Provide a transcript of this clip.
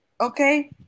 okay